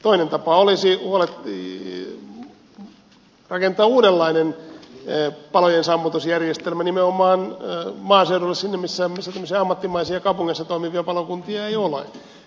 toinen tapa olisi rakentaa uu denlainen palojensammutusjärjestelmä nimenomaan maaseudulle sinne missä tämmöisiä ammattimaisia kaupungeissa toimivia palokuntia ei ole